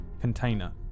container